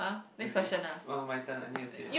okay oh my turn I need to say